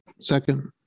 Second